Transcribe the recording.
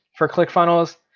for clickfunnels.